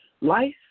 Life